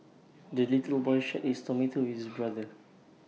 the little boy shared his tomato with his brother